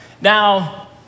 Now